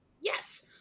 yes